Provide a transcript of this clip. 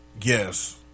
Yes